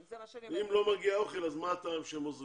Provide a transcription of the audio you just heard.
אם האוכל לא מגיע, מה הטעם בכך שהם עוזרים?